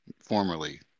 formerly